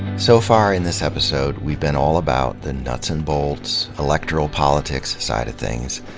so far in this episode, we've been all about the nuts and bolts, electoral politics side of things,